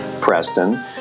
Preston